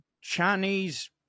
Chinese